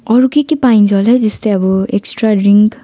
अरू के के पाइन्छ होला है जस्तै अब एक्स्ट्रा ड्रिङ्क